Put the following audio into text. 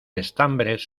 estambres